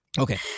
okay